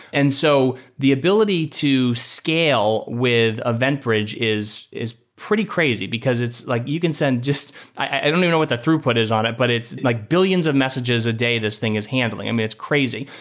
and so the ability to scale with event bridge is is pretty crazy, because it's like you can send just i don't even know what the throughput is on it, but it's like billions of messages a day this thing is handling. i mean, it's crazy.